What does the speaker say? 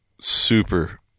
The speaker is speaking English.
super